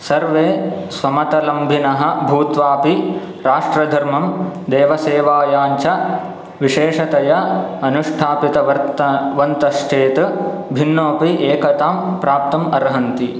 सर्वे स्वमतलबिनः भूत्वापि राष्ट्रधर्मं देवसेवायां च विशेषतया अनुष्ठापितवर्तवन्तश्चेत् भिन्नोपि एकतां प्राप्तुम् अर्हन्ति